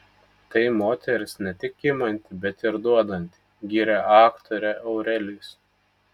tai moteris ne tik imanti bet ir duodanti gyrė aktorę aurelijus